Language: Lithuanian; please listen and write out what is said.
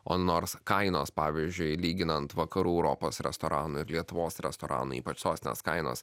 o nors kainos pavyzdžiui lyginant vakarų europos restoranų ir lietuvos restoranai ypač sostinės kainos